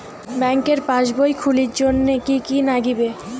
ব্যাঙ্কের পাসবই খুলির জন্যে কি কি নাগিবে?